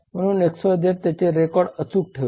म्हणून XYZ त्याचे record अचूक ठेवते